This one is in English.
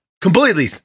completely